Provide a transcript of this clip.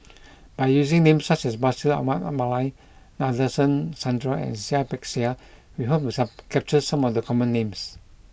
by using names such as Bashir Ahmad Mallal Nadasen Chandra and Seah Peck Seah we hope to capture some of the common names